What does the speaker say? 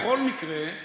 בכל מקרה,